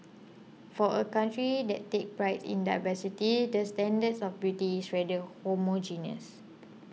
for a country that takes pride in diversity the standards of beauty is rather homogeneous